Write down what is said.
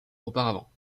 auparavant